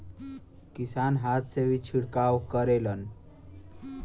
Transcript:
किसान हाथ से भी छिड़काव करेलन